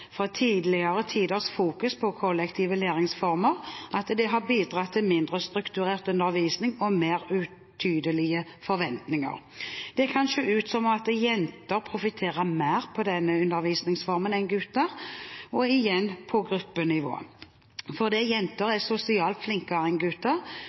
fra tidligere tiders fokus på kollektive læringsformer, har bidratt til mindre strukturert undervisning og mer utydelige forventninger. Det kan se ut som at jenter profitterer mer på denne undervisningsformen enn gutter – igjen på gruppenivå. Fordi jenter er sosialt flinkere enn gutter